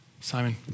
Simon